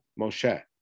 Moshe